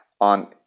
on